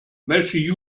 welche